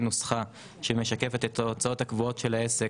נוסחה שמשקפת את ההוצאות הקבועות של העסק,